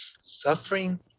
Suffering